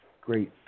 great